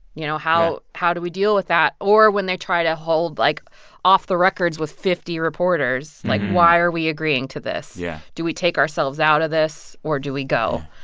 you know, how how do we deal with that. or when they try to hold like off the records with fifty reporters, like why are we agreeing to this? yeah do we take ourselves out of this? or do we go,